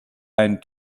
einen